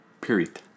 period